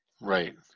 right